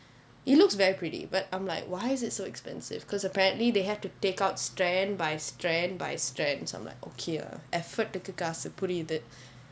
it looks very pretty but I'm like why is it so expensive because apparently they had to take out strand by strand by strand so I'm like okay ah effort க்கு காசு புரியுது:kku kaasu puriyuthu